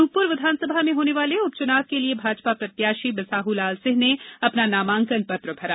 अनूपपुर विधानसभा में होने वाले उपचुनाव के लिए भाजपा प्रत्याशी बिसाहूलाल सिंह ने अपना नामांकन पत्र भरा